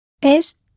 Es